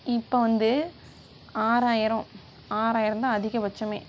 இப்போ வந்து ஆறாயிரம் ஆறாயிரம் தான் அதிகபட்சம்